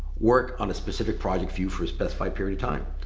work on a specific project for you for a specified period of time.